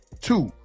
Two